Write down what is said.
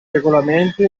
regolamenti